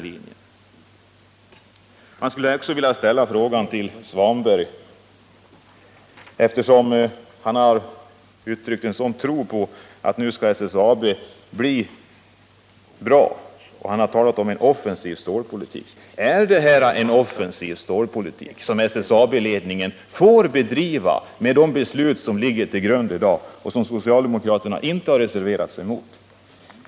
Ingvar Svanberg har uttryckt en stark tro på att SSAB nu skall bli bra och talat om en offensiv stålpolitik. Jag skulle vilja fråga honom: Är det en offensiv stålpolitik som SSAB kan bedriva på grundval av det förslag som föreligger i dag och som socialdemokraterna inte har reserverat sig mot?